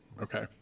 okay